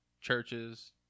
Churches